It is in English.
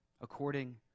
according